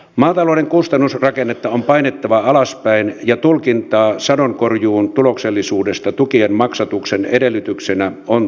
maatalouden kustannusrakennetta on painettava alaspäin ja tulkintaa sadonkorjuun tuloksellisuudesta tukien maksatuksen edellytyksenä on tiukennettava